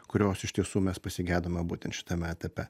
kurios iš tiesų mes pasigedome būtent šitame etape